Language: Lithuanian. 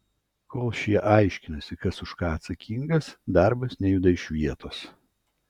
kol šie aiškinasi kas už ką atsakingas darbas nejuda iš vietos